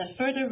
further